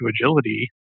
agility